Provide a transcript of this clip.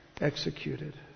executed